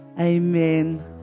Amen